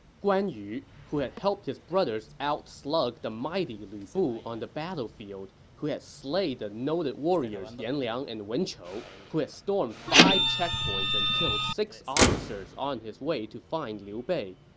guan yu who had helped his brothers outslug the mighty lu bu on the battlefield, who had slayed the noted warriors yan liang and wen chou, who had stormed five check points and killed six officers on his way to find liu bei,